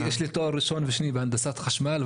יש לי תואר ראשון ושני בהנדסת חשמל,